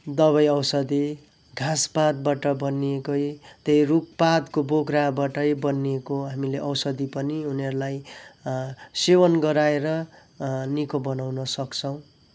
दबाई औषधि घाँस पातबाट बनिएकै त्यही रुखपातको बोक्राबाटै बनिएको हामीले औषधि पनि उनीहरूलाई सेवन गराएर निको बनाउन सक्छौँ